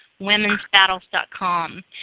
womensbattles.com